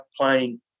playing